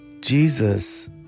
Jesus